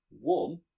One